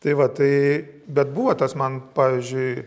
tai va tai bet buvo tas man pavyzdžiui